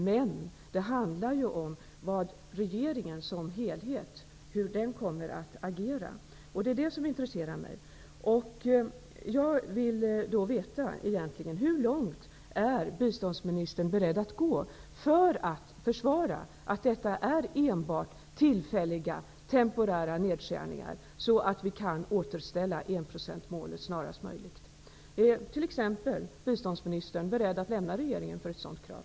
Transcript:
Men det här handlar om hur regeringen som helhet kommer att agera. Det är det som intresserar mig. Hur långt är biståndsministern beredd att gå för att försvara att detta är enbart tillfälliga, temporära nedskärningar så att enprocentsmålet kan återställas så snart som möjligt? Är biståndsministern t.ex. beredd att lämna regeringen för ett sådant krav?